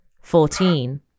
Fourteen